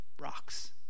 rocks